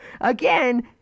Again